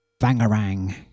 Bangarang